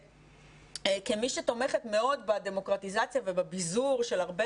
וכמי שתומכת מאוד בדמוקרטיזציה ובביזור של הרבה